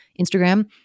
Instagram